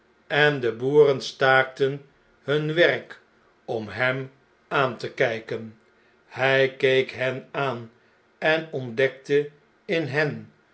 en de boeren staakten hun werk om hem aan te kjjken hjj keek hen aan en ontdekte in hen